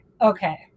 okay